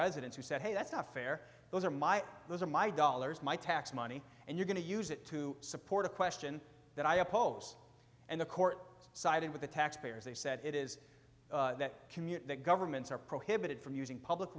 residents who said hey that's not fair those are my those are my dollars my tax money and you're going to use it to support a question that i oppose and the court sided with the taxpayers they said it is that commute that governments are prohibited from using public